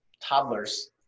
toddlers